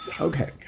Okay